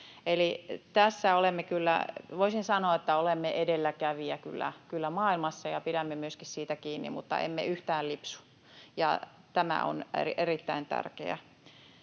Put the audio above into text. voisin sanoa, edelläkävijä maailmassa. Pidämme myöskin siitä kiinni, emme yhtään lipsu. Tämä on erittäin tärkeää.